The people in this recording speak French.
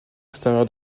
extérieur